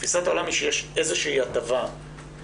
תפיסת העולם היא שיש איזושהי הטבה להורים,